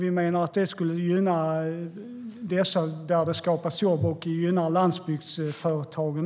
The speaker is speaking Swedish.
Vi menar att det skulle gynna dessa företag, där det skapas jobb, och även landsbygdsföretagen.